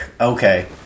Okay